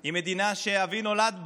היא המדינה שאבי נולד בה.